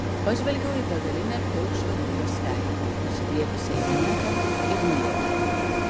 pažvelgiau į begalinę pilkšvą jūros veją nusidriekusią į nieką ir niekur